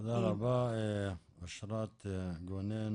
תודה רבה, אשרת גני גונן.